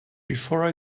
before